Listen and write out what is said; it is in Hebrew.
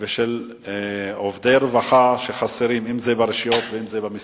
ושל עובדי רווחה, אם זה ברשויות ואם זה במשרדים,